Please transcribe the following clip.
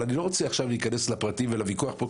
אבל אני לא רוצה עכשיו להיכנס לפרטים ולוויכוח הזה.